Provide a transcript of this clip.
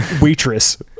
waitress